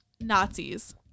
Nazis